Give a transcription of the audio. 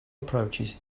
approaches